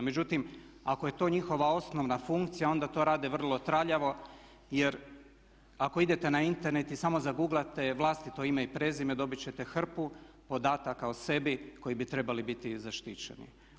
Međutim, ako je to njihova osnovna funkcija onda to rade vrlo traljavo jer ako idete na Internet i samo "zagooglate" vlastito ime i prezime dobiti ćete hrpu podataka o sebi koji bi trebali biti zaštićeni.